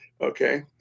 Okay